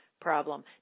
problem